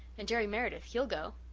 and jerry meredith he'll go!